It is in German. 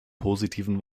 positiven